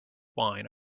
wine